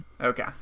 okay